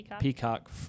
Peacock